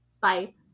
Bye